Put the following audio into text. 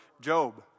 Job